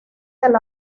del